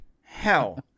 hell